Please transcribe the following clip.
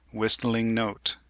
whistling note,